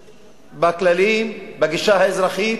בכללים, בגישה האזרחית,